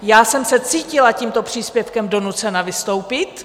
Já jsem se cítila tímto příspěvkem donucena vystoupit.